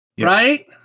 Right